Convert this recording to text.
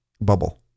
bubble